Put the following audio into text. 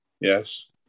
Yes